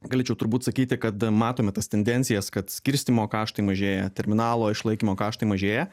galėčiau turbūt sakyti kad matome tas tendencijas kad skirstymo kaštai mažėja terminalo išlaikymo kaštai mažėja